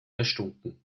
erstunken